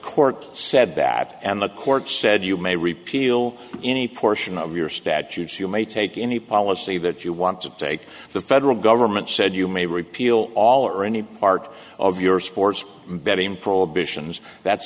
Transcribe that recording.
court said that and the court said you may repeal any portion of your statutes you may take any policy that you want to take the federal government said you may repeal all or any part of your sports betting probations that's